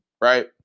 right